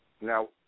Now